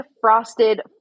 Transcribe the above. Frosted